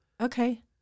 Okay